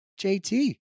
JT